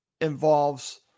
involves